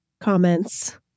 comments